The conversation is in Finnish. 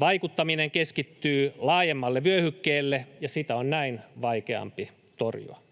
Vaikuttaminen keskittyy laajemmalle vyöhykkeelle, ja sitä on näin vaikeampi torjua.